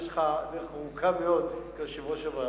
עוד יש לך דרך ארוכה מאוד כיושב-ראש הוועדה.